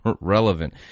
relevant